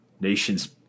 nation's